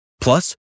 Plus